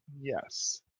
yes